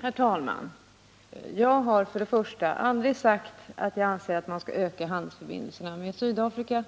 Herr talman! Jag har aldrig sagt att jag anser att man skall öka handelsförbindelserna med Sydafrika.